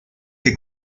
que